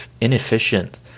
inefficient